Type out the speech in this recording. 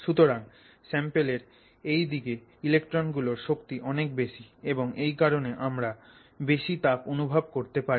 সুতরাং স্যাম্পলের এই দিকে ইলেক্ট্রন গুলোর শক্তি অনেক বেশি এবং এই কারনেই আমরা বেশি তাপ অনুভব করতে পারি